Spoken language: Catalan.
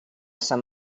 sant